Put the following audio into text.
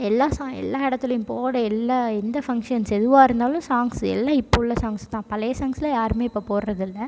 எல்லா சா எல்லா இடத்துலயும் போட எல்லா எந்த ஃபங்க்ஷன்ஸ் எதுவாக இருந்தாலும் சாங்ஸ் எல்லாம் இப்போ உள்ள சாங்ஸ் தான் பழைய சாங்ஸுலாம் யாருமே இப்போ போடுறதில்ல